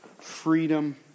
freedom